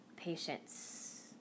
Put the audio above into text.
Patience